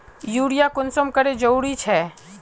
Urea कुंसम करे जरूरी छै?